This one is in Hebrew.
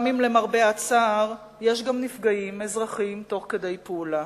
גם אם למרבה הצער יש נפגעים אזרחים תוך כדי פעולה.